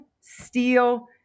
steel